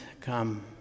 come